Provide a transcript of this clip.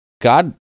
God